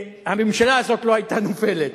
שהממשלה הזאת לא היתה נופלת,